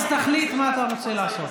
אז תחליט מה אתה רוצה לעשות.